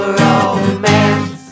romance